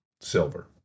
Silver